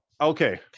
Okay